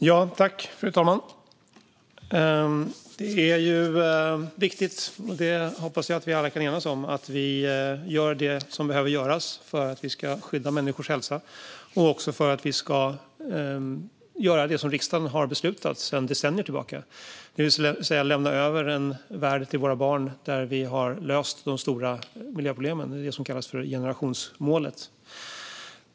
Fru talman! Jag hoppas att vi alla kan enas om att det är viktigt att vi gör det som behöver göras för att vi ska skydda människors hälsa. Vi ska göra det som riksdagen beslutade decennier tillbaka, det vill säga lämna över en värld till våra barn där vi har löst de stora miljöproblemen. Det är det som kallas för generationsmålet.